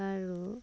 আৰু